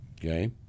Okay